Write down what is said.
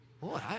Boy